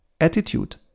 Attitude